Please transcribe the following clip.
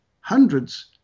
hundreds